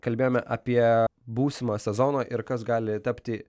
kalbėjome apie būsimą sezoną ir kas gali tapti